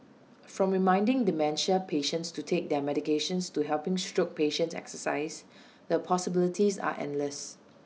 from reminding dementia patients to take their medications to helping stroke patients exercise the possibilities are endless